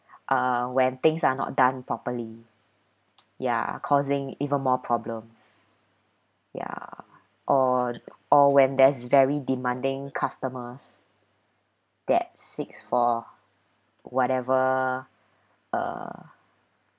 uh when things are not done properly ya causing even more problems ya or or when there's very demanding customers that seeks for whatever uh